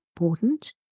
important